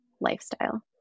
lifestyle